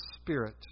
spirit